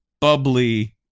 bubbly